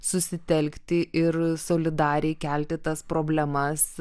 susitelkti ir solidariai kelti tas problemas